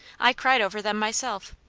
i cried over them myself.